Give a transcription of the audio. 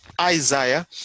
Isaiah